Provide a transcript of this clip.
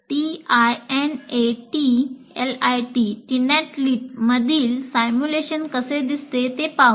TINATIit मधील simulation कसे दिसते ते पाहूया